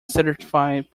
certified